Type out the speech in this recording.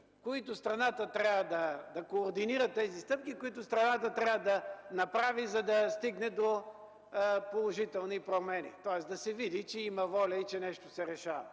него му е възложено да координира тези стъпки, които страната трябва да направи, за да се стигне до положителни промени, да се види, че има воля и че нещо се решава,